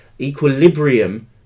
equilibrium